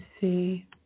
see